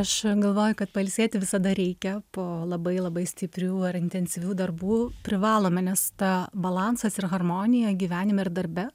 aš galvoju kad pailsėti visada reikia po labai labai stiprių ar intensyvių darbų privalome nes ta balansas ir harmonija gyvenime ir darbe